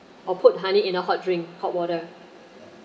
or put honey in a hot drink hot water